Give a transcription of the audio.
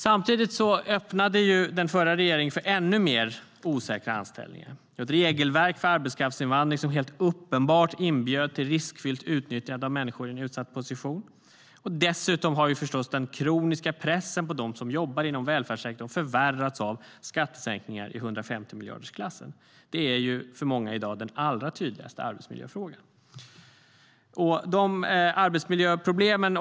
Samtidigt öppnade den förra regeringen för ännu mer osäkra anställningar och ett regelverk för arbetskraftsinvandring som helt uppenbart inbjöd till riskfyllt utnyttjande av människor i en utsatt position. Dessutom har förstås den kroniska pressen på dem som jobbar inom välfärdssektorn förvärrats av skattesänkningar i 150-miljardersklassen. Pressen är för många den allra tydligaste arbetsmiljöfrågan i dag.